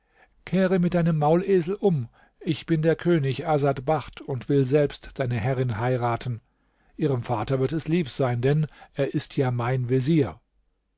kehre mit deinem maulesel um ich bin der könig asad bacht und will selbst deine herrin heiraten ihrem vater wird es lieb sein denn er ist ja mein vezier